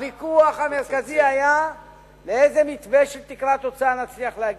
הוויכוח המרכזי היה לאיזה מתווה של תקרת הוצאה נצליח להגיע.